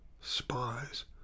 spies